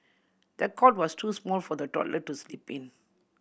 the cot was too small for the toddler to sleep in